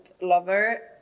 lover